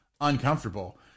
uncomfortable